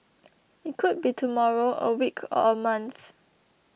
it could be tomorrow a week or a month